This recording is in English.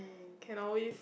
can always